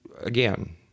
again